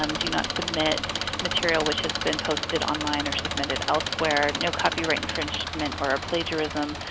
um do not submit material which has been posted online or submitted elsewhere. no copyright infringement or plagiarism.